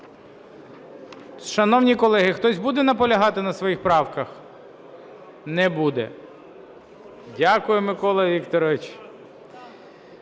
Шановні колеги, хтось буде наполягати на своїх правках? Не буде. Дякую, Микола Вікторович.